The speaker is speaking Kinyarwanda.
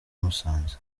musanze